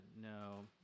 No